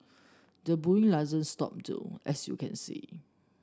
the bullying doesn't stop though as you can see